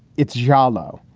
it's jallow.